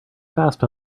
fast